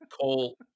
Cole